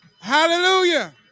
Hallelujah